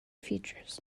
features